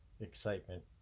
excitement